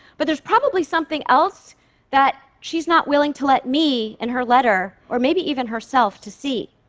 but there's probably something else that she's not willing to let me, in her letter, or maybe even herself, to see.